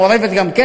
מעורבת גם כן.